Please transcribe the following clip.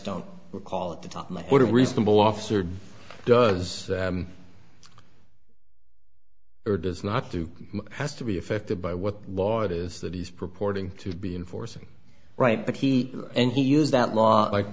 don't recall at the top my what a reasonable officer does or does not do has to be affected by what law it is that he's purporting to be enforcing right but he and he use that law like